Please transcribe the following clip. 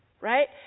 right